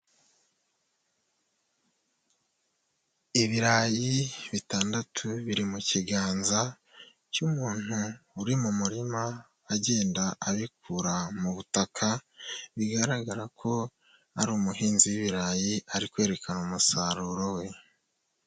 Ibirayi bitandatu biri mu kiganza, cy'umuntu uri mu murima, agenda abikura mu butaka, bigaragara ko ari umuhinzi w'ibirayi ari kwerekana umusaruro we.